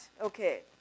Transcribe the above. okay